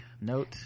note